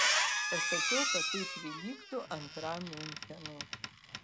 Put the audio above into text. pasakiau kad tai prilygtų antram miunchenui